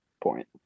point